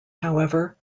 however